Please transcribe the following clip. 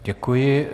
Děkuji.